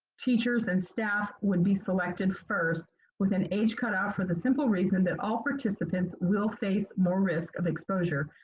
teachers and staff would be selected first with an age cut off for the simple reason that all participants will face more risk of exposure,